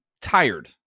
tired